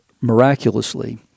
miraculously